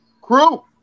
Crew